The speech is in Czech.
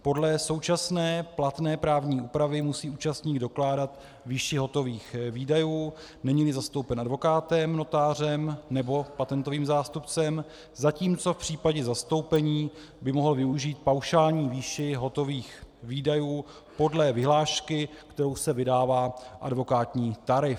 Podle současné platné právní úpravy musí účastník dokládat výši hotových výdajů, neníli zastoupen advokátem, notářem nebo patentovým zástupcem, zatímco v případě zastoupení by mohl využít paušální výši hotových výdajů podle vyhlášky, kterou se vydává advokátní tarif.